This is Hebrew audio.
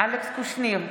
אלכס קושניר,